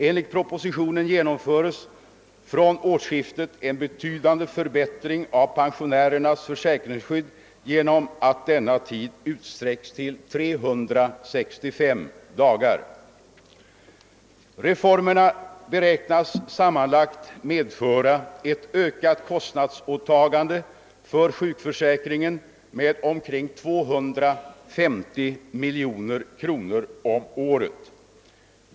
Enligt propositionen genomförs från årsskiftet en betydande förbättring av pensionärernas försäkringsskydd genom att denna tid utsträcks till 365 dagar. Reformerna beräknas sammanlagt medföra ett ökat kostnadsåtagande för sjukförsäkringen med omkring 250 miljoner kronor om året.